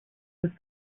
with